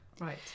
right